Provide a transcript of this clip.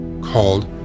called